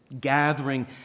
gathering